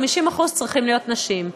50% צריכים להיות נשים.